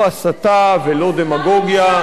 לא הסתה ולא דמגוגיה,